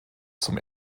zum